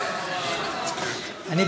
אבל אתה